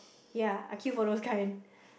ya I queue for those kind